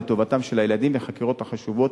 לטובתם של הילדים והחקירות החשובות